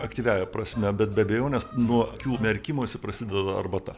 aktyviąja prasme bet be abejonės nuo akių merkimosi prasideda arbata